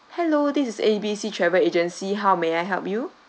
hello this is A B C travel agency how may I help you